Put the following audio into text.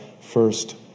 first